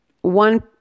one